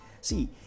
See